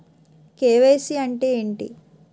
KYC అంటే ఏంటి?